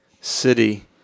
city